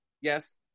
Yes